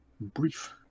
brief